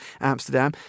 Amsterdam